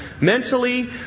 mentally